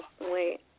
wait